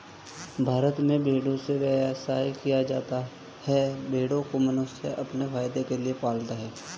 भारत में भेड़ों से व्यवसाय किया जाता है भेड़ों को मनुष्य अपने फायदे के लिए पालता है